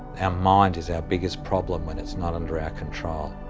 um mind is our biggest problem when it's not under our control.